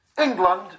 England